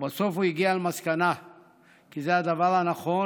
ובסוף הוא הגיע למסקנה כי זה הדבר הנכון,